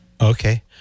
Okay